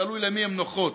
שתלוי למי הן נוחות,